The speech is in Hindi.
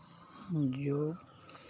जो